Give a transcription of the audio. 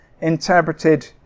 interpreted